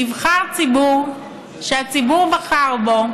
נבחר ציבור, שהציבור בחר בו,